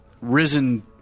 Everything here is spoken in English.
Risen